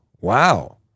wow